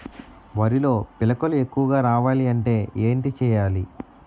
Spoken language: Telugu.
వరిలో పిలకలు ఎక్కువుగా రావాలి అంటే ఏంటి చేయాలి?